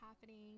happening